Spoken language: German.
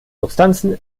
substanzen